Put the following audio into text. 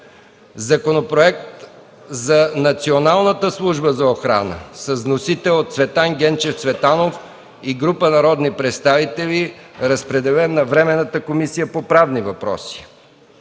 Законопроект за Националната служба за охрана. Вносители – Цветан Генчев Цветанов и група народни представители. Разпределен е на Временната комисия по правни въпроси.